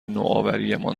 نوآوریمان